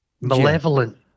malevolent